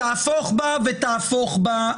תהפוך בה ותהפוך בה,